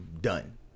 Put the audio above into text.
Done